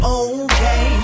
okay